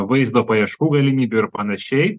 vaizdo paieškų galimybių ir panašiai